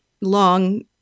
long